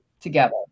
together